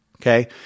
okay